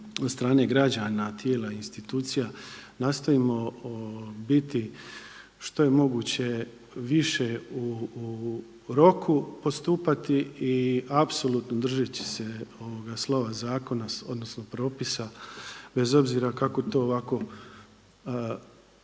strane građana, tijela, institucija. Nastojimo biti što je moguće više u roku postupati i apsolutno držeći se slova zakona, odnosno propisa bez obzira kako to ovako suhoparno